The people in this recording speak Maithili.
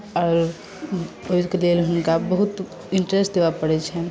आओर ओहिके लेल हुनका बहुत इन्टरेस्ट देबय पड़ैत छनि